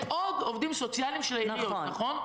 יש עוד עובדים סוציאליים של העיריות, נכון?